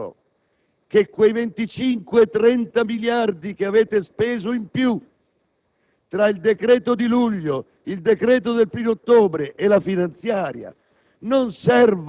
allora da "Matrix", rendetevi conto che quei 25-30 miliardi che avete speso in più